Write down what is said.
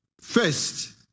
First